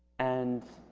and